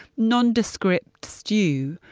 nondescript stew,